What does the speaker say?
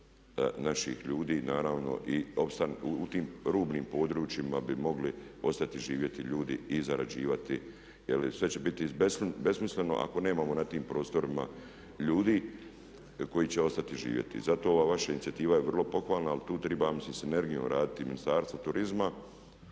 naših ljudi naravno i u tim rubnim područjima bi mogli ostati živjeti ljudi i zarađivati. Sve će biti besmisleno ako nemamo na tim prostorima ljudi koji će ostati živjeti. I zato je ova vaša inicijativa vrlo pohvalna ali tu treba sa sinergijom raditi i Ministarstvo turizma,